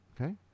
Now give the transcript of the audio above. okay